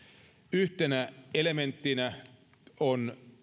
yhtenä elementtinä on